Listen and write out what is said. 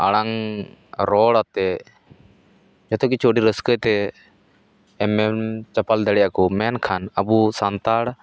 ᱟᱲᱟᱝ ᱨᱚᱲ ᱟᱛᱮ ᱡᱚᱛᱚᱠᱤᱪᱷᱩ ᱟᱹᱰᱤ ᱨᱟᱹᱥᱠᱟᱹ ᱛᱮ ᱮᱢᱮᱢ ᱪᱟᱯᱟᱞ ᱫᱟᱲᱮᱣᱟᱠᱚ ᱢᱮᱱᱠᱷᱟᱱ ᱟᱵᱚ ᱥᱟᱱᱛᱟᱲ